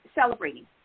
celebrating